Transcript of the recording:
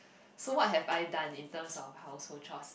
so what have I done in terms household chores